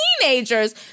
teenagers